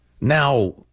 Now